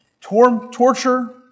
torture